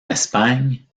espagne